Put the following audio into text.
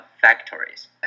factories